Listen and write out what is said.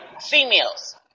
Females